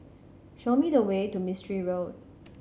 show me the way to Mistri Road